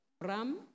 Ram